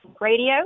Radio